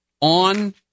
on